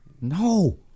No